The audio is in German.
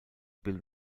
bill